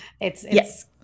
Yes